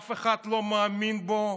אף אחד לא מאמין בו,